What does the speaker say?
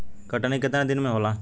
कटनी केतना दिन मे होला?